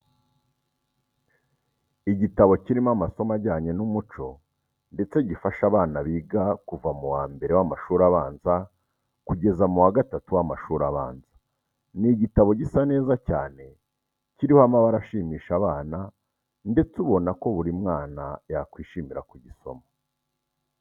Igitabo kirimo amasomo ajyanye n'umuco ndetse gifasha abana biga kuva mu wa mbere w'amashuri abanza kugeza mu wa gatatu w'amashuri abanza. Ni igitabo gisa neza cyane kiriho amabara ashimisha abana ndetse ubona ko buri mwana yakwishimira kugisoma.